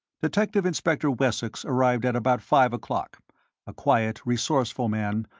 detective-inspector wessex arrived at about five o'clock a quiet, resourceful man,